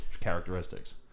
characteristics